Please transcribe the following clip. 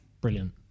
brilliant